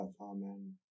Amen